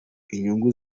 inyungu